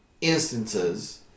instances